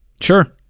Sure